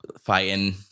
fighting